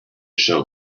show